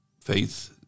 faith